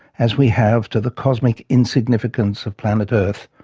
as we have to the cosmic insignificance of planet earth,